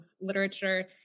literature